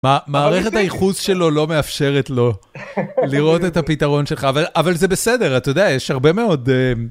מערכת הייחוס שלו לא מאפשרת לו לראות את הפתרון שלך, אבל זה בסדר, אתה יודע, יש הרבה מאוד...